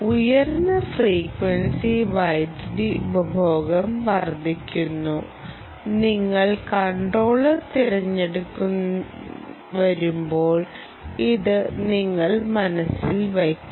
ഉയർന്ന ഫ്രീക്വൻസി വൈദ്യുതി ഉപഭോഗം വർദ്ധിക്കുന്നു നിങ്ങൾ കൺട്രോളർ തിരഞ്ഞെടുക്കേണ്ടിവരുമ്പോൾ ഇത് നിങ്ങൾ മനസ്സിൽ വയ്ക്കണം